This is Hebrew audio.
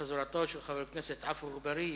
ובגלל חזרתו של חבר הכנסת עפו אגבאריה,